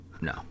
no